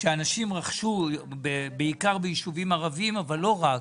שאנשים רכשו בעיקר ביישובים ערבים אבל לא רק.